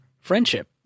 friendship